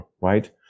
right